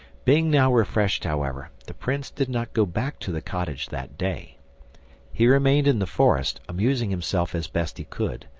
being now refreshed, however, the prince did not go back to the cottage that day he remained in the forest, amusing himself as best he could,